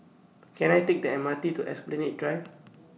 Can I Take The M R T to Esplanade Drive